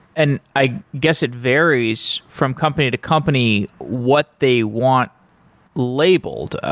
and i guess it varies from company to company what they want labeled.